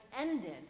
ended